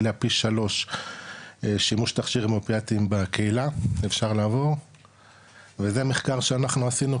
עלה פי שלוש שימוש תכשיר אופיאטים בקהילה וזה מחקר שאנחנו עשינו,